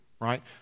right